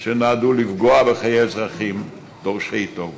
שנועדו לפגוע בחיי אזרחים דורשי טוב,